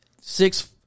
Six